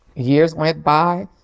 years went by.